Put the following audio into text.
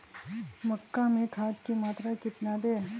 मक्का में खाद की मात्रा कितना दे?